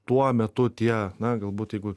tuo metu tie na galbūt jeigu